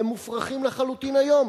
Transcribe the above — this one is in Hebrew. והם מופרכים לחלוטין היום,